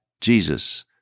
Jesus